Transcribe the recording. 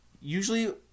usually